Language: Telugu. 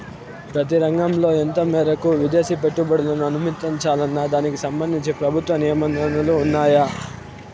ప్రతి రంగంలో ఎంత మేరకు విదేశీ పెట్టుబడులను అనుమతించాలన్న దానికి సంబంధించి ప్రభుత్వ నిబంధనలు ఉన్నాయా?